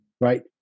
right